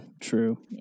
True